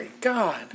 God